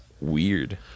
Weird